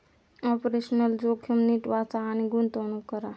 operational जोखीम नीट वाचा आणि गुंतवणूक करा